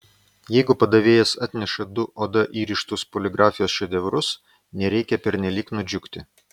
jeigu padavėjas atneša du oda įrištus poligrafijos šedevrus nereikia pernelyg nudžiugti